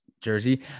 Jersey